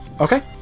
okay